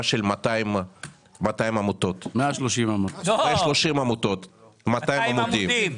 של 130 עמותות שפרוסה על פני 200 עמודים,